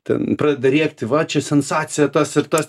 ten pradeda rėkti va čia sensacija tas ir tas